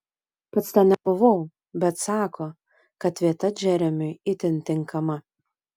pats ten nebuvau bet sako kad vieta džeremiui itin tinkama